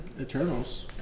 Eternals